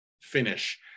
finish